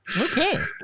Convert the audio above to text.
Okay